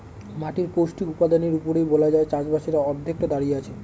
মাটির পৌষ্টিক উপাদানের উপরেই বলা যায় চাষবাসের অর্ধেকটা দাঁড়িয়ে আছে